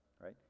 right